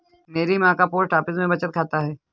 मेरी मां का पोस्ट ऑफिस में बचत खाता है